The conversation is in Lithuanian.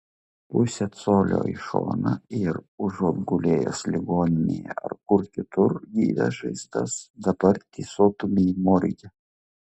pusė colio į šoną ir užuot gulėjęs ligoninėje ar kur kitur gydęs žaizdas dabar tysotumei morge